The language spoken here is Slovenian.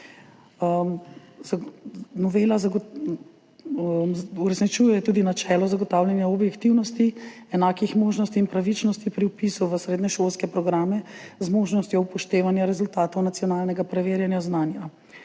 uresničuje tudi načelo zagotavljanja objektivnosti, enakih možnosti in pravičnosti pri vpisu v srednješolske programe z možnostjo upoštevanja rezultatov nacionalnega preverjanja znanja.